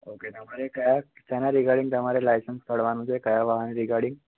okay તમારે કયા શેના રીગાર્ડિગ તમારે લાઇસન્સ કાઢવાનું છે કયા વાહન રીગાર્ડિગ